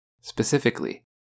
Specifically